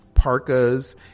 Parkas